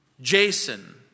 Jason